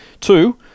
Two